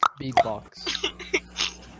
Beatbox